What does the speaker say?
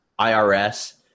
IRS